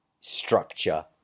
structure